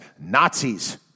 nazis